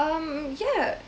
um yeah